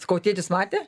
sakau tėtis matė